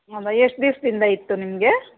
ಹೌದಾ ಎಷ್ಟು ದಿವ್ಸದಿಂದ ಇತ್ತು ನಿಮಗೆ